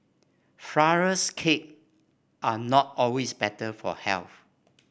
flourless cake are not always better for health